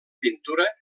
pintura